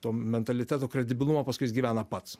to mentaliteto kredibilumą o paskui jis gyvena pats